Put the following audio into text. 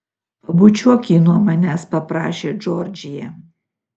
pabučiuok jį nuo manęs paprašė džordžija